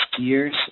years